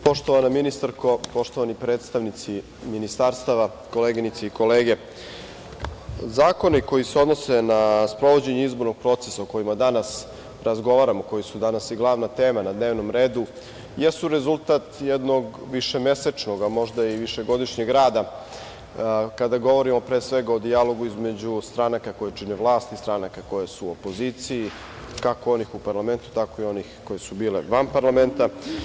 Poštovana ministarko, poštovani predstavnici ministarstava, koleginice i kolege, zakoni koji se odnose na sprovođenje izbornih procesa o kojima danas razgovaramo, koji su danas glavna tema na dnevnom redu, jesu rezultat jednog višemesečnog, a možda i višegodišnjeg rada kada govorimo pre svega o dijalogu između stranaka koje čine vlast i stranaka koje su u opoziciji, kako onih u parlamentu, tako i onih koje su bile van parlamenta.